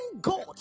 God